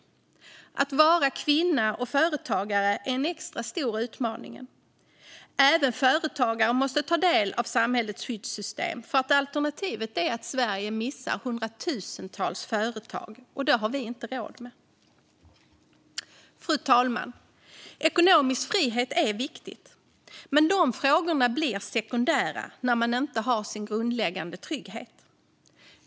Att vara kvinna och företagare är en extra stor utmaning. Även företagare måste kunna ta del av samhällets skyddssystem. Alternativet är att Sverige missar hundratusentals företag, och det har vi inte råd med. Fru talman! Ekonomisk frihet är viktig. Men dessa frågor blir sekundära när man inte har sin grundläggande trygghet.